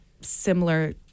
similar